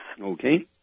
Okay